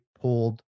pulled